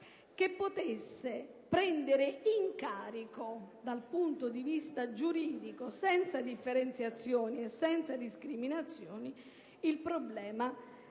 che potesse prendere in carico, dal punto di vista giuridico, senza differenziazioni e senza discriminazioni, il problema